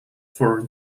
for